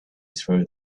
through